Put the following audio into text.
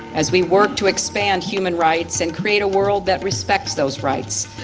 as we work to expand human rights and create a world that respects those rights.